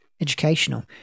Educational